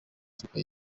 afurika